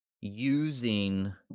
using